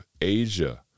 Asia